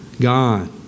God